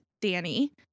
Danny